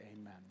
amen